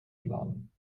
planen